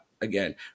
again